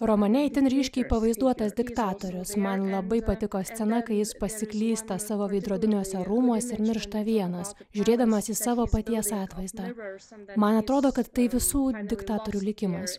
romane itin ryškiai pavaizduotas diktatorius man labai patiko scena kai jis pasiklysta savo veidrodiniuose rūmuose ir miršta vienas žiūrėdamas į savo paties atvaizdą man atrodo kad tai visų diktatorių likimas